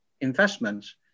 investments